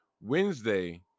Wednesday